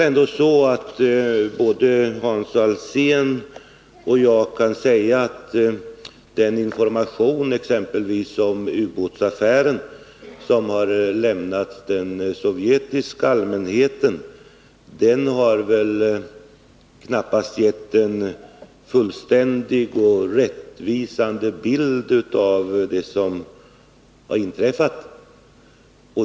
Hans Alsén och jag kan väl vara överens om att den information om ubåtsaffären som har lämnats den sovjetiska allmänheten knappast har gett en fullständig och rättvisande bild av det som inträffat.